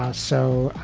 ah so,